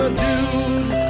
dude